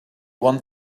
want